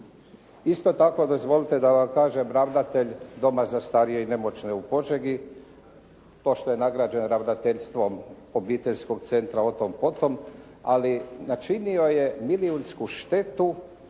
Isto tako, dozvolite da vam kažem. Ravnatelj Doma za starije i nemoćne u Požegi pošto je nagrađen ravnateljstvom obiteljskog centra, o tom po tom, ali načinio je milijunsku štetu